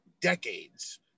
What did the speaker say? decades